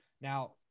Now